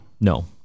No